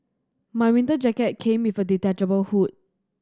my winter jacket came with a detachable hood